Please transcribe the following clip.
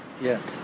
Yes